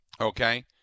okay